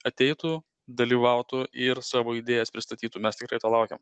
ateitų dalyvautų ir savo idėjas pristatytų mes tikrai to laukiam